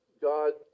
god